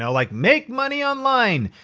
so like make money online.